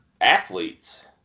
athletes